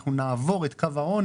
אנחנו נעבור את קו העוני,